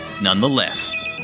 nonetheless